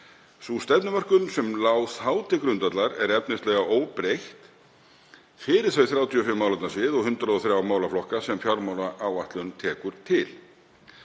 Sú stefnumörkun sem lá þá til grundvallar er efnislega óbreytt fyrir þau 35 málefnasvið og 103 málaflokka sem fjármálaáætlun tekur til